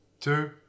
two